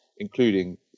including